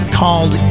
called